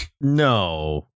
No